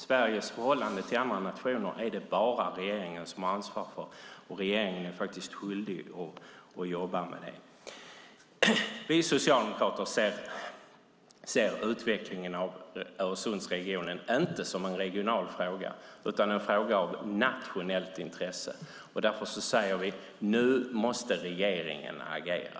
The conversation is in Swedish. Sveriges förhållande till andra nationer är endast regeringens ansvar. Regeringen är skyldig att jobba med det. Vi socialdemokrater ser inte utvecklingen av Öresundsregionen som en regional fråga utan som en fråga av nationellt intresse. Därför säger vi: Nu måste regeringen agera.